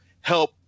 help